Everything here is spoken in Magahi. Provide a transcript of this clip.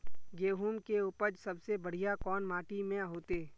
गेहूम के उपज सबसे बढ़िया कौन माटी में होते?